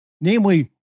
namely